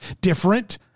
Different